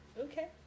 Okay